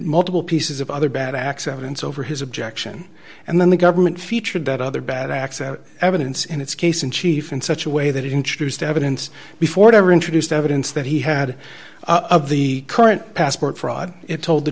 multiple pieces of other bad accidents over his objection and then the government featured that other bad acts out evidence in its case in chief in such a way that it introduced evidence before it ever introduced evidence that he had of the current passport fraud it told the